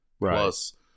plus